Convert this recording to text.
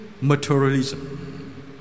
materialism